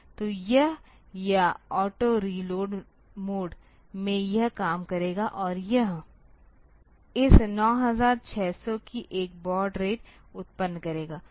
तो यह या ऑटो रीलोड मोड में यह काम करेगा और यह इस 9600 की एक बॉड रेट उत्पन्न करेगा